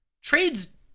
Trades